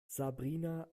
sabrina